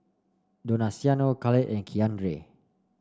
donaciano Khalid and Keandre